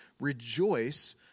rejoice